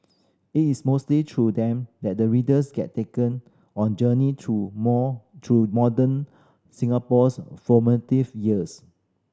it is mostly through them that the readers get taken on journey through more through modern Singapore's formative years